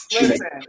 Listen